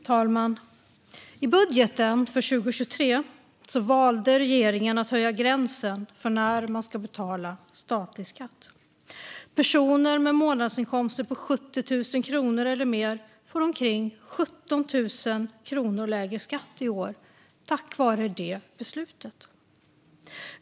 Fru talman! I budgeten för 2023 valde regeringen att höja gränsen för när man ska betala statlig skatt. Personer med månadsinkomster på 70 000 kronor eller mer får omkring 17 000 kronor lägre skatt i år tack vare det beslutet.